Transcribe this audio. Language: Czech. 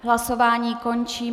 Hlasování končím.